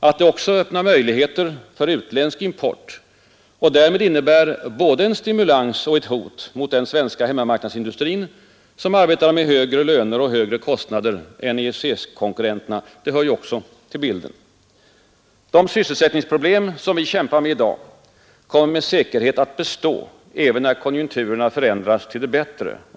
Att det också öppnar möjligheter för utländsk import och därmed innebär både en stimulans och ett hot mot den svenska hemmamarknadsindustrin, som arbetar med högre löner och högre kostnader än EEC-konkurrenterna, hör ju också till bilden. De sysselsättningsproblem som vi kämpar med i dag kommer med säkerhet att bestå, även när konjunkturerna förändras till det bättre.